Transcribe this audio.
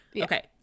okay